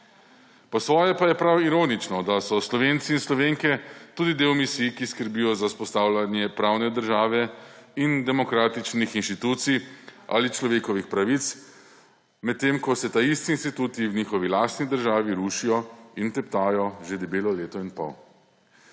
Po svoje pa je prav ironično, da so Slovenci in Slovenke tudi del misij, ki skrbijo za vzpostavljanje pravne države in demokratičnih inštitucij ali človekovih pravic, medtem ko se ti isti instituti v njihovi lastni državi rušijo in teptajo že debelo leto in pol.